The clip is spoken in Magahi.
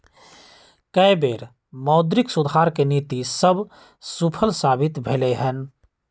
कय बेर मौद्रिक सुधार के नीति सभ सूफल साबित भेलइ हन